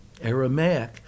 Aramaic